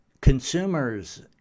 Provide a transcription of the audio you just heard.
consumers